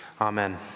amen